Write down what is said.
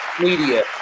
media